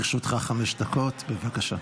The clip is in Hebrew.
לרשותך חמש דקות, בבקשה.